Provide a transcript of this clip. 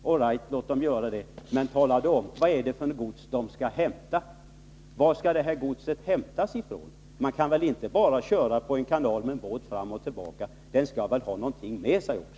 Men tala om vad det är för gods de skall hämta och varifrån godset skall hämtas. Man kan inte bara köra med en båt fram och tillbaka på en kanal. Den skall ha något med sig också.